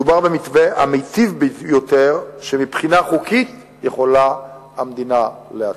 מדובר במתווה המיטיב ביותר שמבחינה חוקית יכולה המדינה להציע.